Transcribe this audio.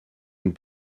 une